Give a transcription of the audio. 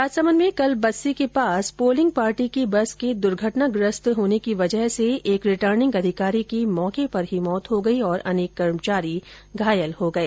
राजसमन्द में कल बस्सी के पास पोलिंग पार्टी की बस के दूर्घटनाग्रस्त होने की वजह से एक रिटर्निंग अधिकारी की मौके पर ही मौत हो गई और अनेक कर्मचारी घायल हो गए